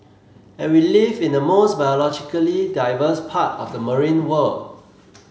and we live in the most biologically diverse part of the marine world